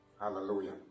Hallelujah